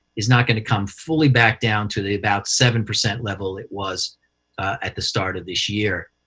is not going to come fully back down to the about seven percent level it was at the start of this year.